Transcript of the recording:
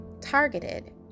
targeted